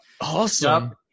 Awesome